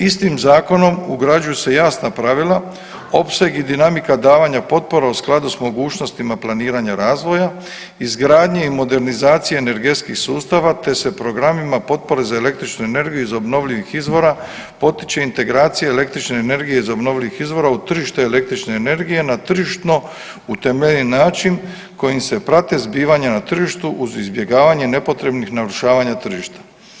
Istim zakonom ugrađuju se jasna pravila, opseg i dinamika davanja potpore u skladu s mogućnostima planiranja razvoja, izgradnje i modernizacije energetskih sustava, te se programima potpore za električnu energiju iz obnovljivih izvora potiče integracija električne energije iz obnovljivih izvora u tržište električne energije na tržišno utemeljen način kojim se prate zbivanja na tržištu uz izbjegavanje nepotrebnih narušavanja tržišta.